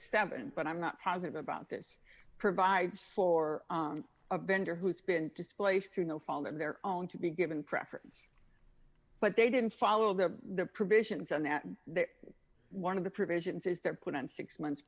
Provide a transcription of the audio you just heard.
seven but i'm not positive about this provides for a vendor who's been displaced through no fault of their own to be given preference but they didn't follow the provisions on that one of the provisions is they're put on six months